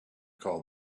call